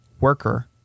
worker